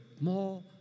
more